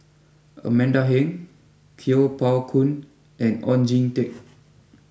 Amanda Heng Kuo Pao Kun and Oon Jin Teik